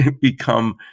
become